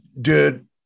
Dude